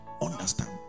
understand